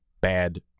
bad